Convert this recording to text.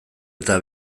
eta